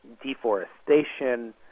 deforestation